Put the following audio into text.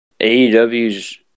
AEW's